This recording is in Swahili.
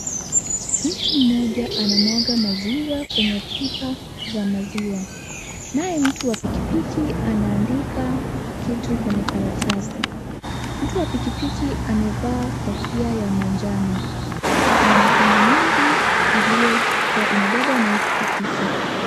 Mtu mmoja anamwaga maziwa kwenye pipa za maziwa , naye mtu wa pikipiki anaandika kitu kwenye karatasi . Mtu wa pikipiki amevaa kofia ya manjano . Kuna mitungi mingi iliyokua imebebwa na hii pikipiki .